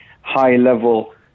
high-level